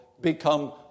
become